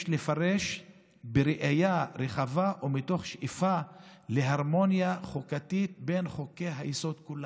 יש לפרש בראייה רחבה ומתוך שאיפה להרמוניה חוקתית בין חוקי-היסוד כולם".